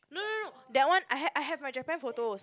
no no no that one I have I have my Japan photos